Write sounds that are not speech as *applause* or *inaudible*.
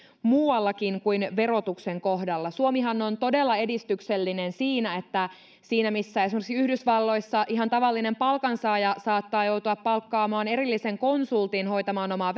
muuallakin kuin verotuksen kohdalla suomihan on todella edistyksellinen ja siinä missä esimerkiksi yhdysvalloissa ihan tavallinen palkansaaja saattaa joutua palkkaamaan erillisen konsultin hoitamaan omaa *unintelligible*